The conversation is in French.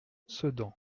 sedan